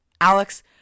Alex